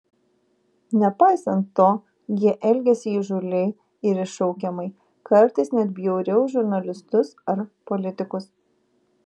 nepaisant to jie elgėsi įžūliai ir iššaukiamai kartais net bjauriau už žurnalistus ar politikus